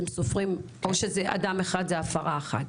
או אדם אחד זאת הפרה אחת?